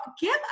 give